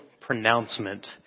pronouncement